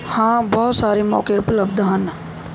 ਹਾਂ ਬਹੁਤ ਸਾਰੇ ਮੌਕੇ ਉਪਲਬਧ ਹਨ